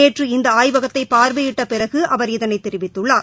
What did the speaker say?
நேற்று இந்த ஆய்வகத்தை பார்வையிட்ட பிறகு அவர் இதனைத் தெரிவித்துள்ளார்